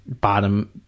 bottom